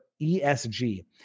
ESG